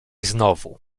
znowu